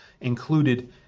included